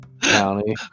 county